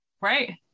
Right